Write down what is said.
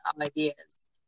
ideas